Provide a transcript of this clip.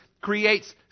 creates